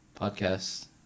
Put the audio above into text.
podcast